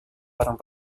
orang